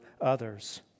others